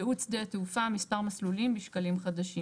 יעוד שדה התעופה, מספר מסלולים, בשקלים חדשים.